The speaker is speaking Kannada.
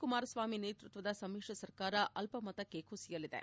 ಕುಮಾರಸ್ವಾಮಿ ನೇತೃತ್ವದ ಸಮ್ಮಿಶ್ರ ಸರ್ಕಾರ ಅಲ್ಪ ಮತಕ್ಕೆ ಕುಸಿಯಲಿದೆ